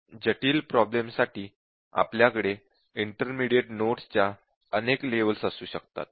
जटिल प्रॉब्लेम साठी आपल्याकडे इन्टर्मीडीएट नोड्स च्या अनेक लेव्हल्स असू शकतात